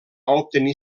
obtenir